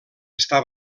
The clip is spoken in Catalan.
està